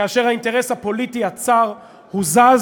כאשר האינטרס הפוליטי הצר הוזז